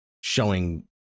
showing